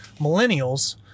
millennials